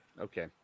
okay